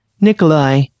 Nikolai